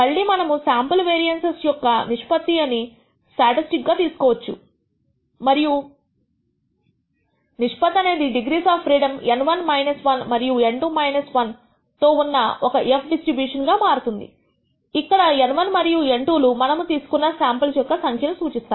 మళ్లీ మనము sample variances యొక్క ఒక నిష్పత్తి అని స్టాటిస్టిక్ గా తీసుకోవచ్చు మరియు నిష్పత్తి అనేది డిగ్రీస్ ఆఫ్ ఫ్రీడమ్ N1 1 మరియు N2 1తో ఉన్న తో ఒక f డిస్ట్రిబ్యూషన్ గా మారుతుంది ఇక్కడ N1 మరియు N2 లు మనము తీసుకున్న శాంపుల్స్ యొక్క సంఖ్యను సూచిస్తాయి